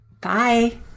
Bye